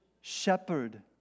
shepherd